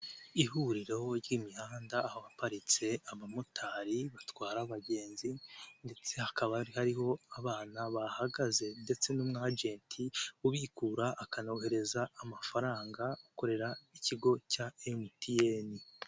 Ihuriro ry'imihanda aho haparitse abamotari batwara abagenzi ndetse hakaba hari hariho abana bahagaze ndetse n'umwajenti ubikura akanohereza amafaranga, akorera ikigo cya MTN.